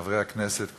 חברי הכנסת,